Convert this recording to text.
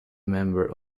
member